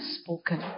spoken